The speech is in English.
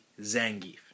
Zangief